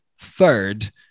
third